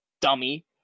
dummy